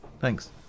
Thanks